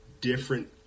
different